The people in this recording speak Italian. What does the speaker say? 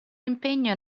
impegno